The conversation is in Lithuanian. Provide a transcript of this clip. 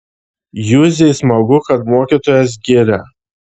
juzei smagu kad mokytojas giria